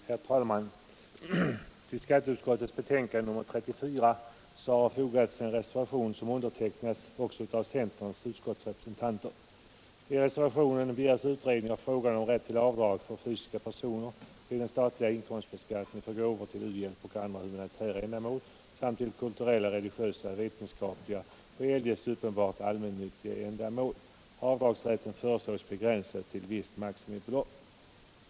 Herr talman! Till skatteutskottets betänkande nr 34 har fogats en reservation, som undertecknats också av centerns utskottsrepresentanter. I reservationen begärs utredning av frågan om rätt till avdrag för fysiska personer vid den statliga inkomstbeskattningen för gåvor till u-hjälp och andra humanitära ändamål samt till kulturella, religiösa, vetenskapliga eller eljest uppenbart allmännyttiga ändamål. Avdragsrätten föreslås begränsad till visst maximibelopp.